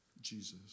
Jesus